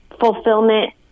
fulfillment